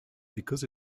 because